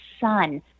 son